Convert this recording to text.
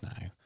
now